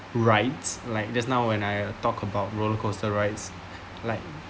rides like just now when I talk about roller coaster rides like